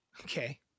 Okay